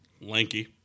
Lanky